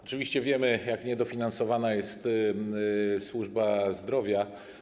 Oczywiście wiemy, jak niedofinansowana jest służba zdrowia.